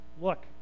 Look